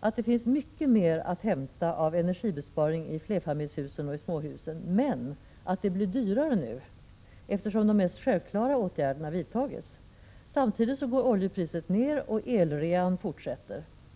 att det finns mycket mer att hämta av energibesparing i flerfamiljshus och småhus men att det blir dyrare nu, eftersom de mest självklara åtgärderna har vidtagits. Samtidigt går oljepriset ned och elrean fortsätter.